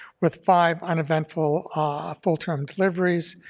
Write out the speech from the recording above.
with five uneventful ah full-term deliveries,